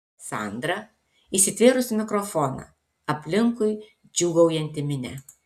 sandra įsitvėrusi mikrofoną aplinkui džiūgaujanti minia